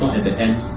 at the end